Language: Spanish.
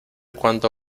cuando